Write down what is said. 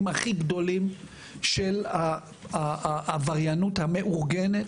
הכי גדולים של העבריינות המאורגנת.